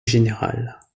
général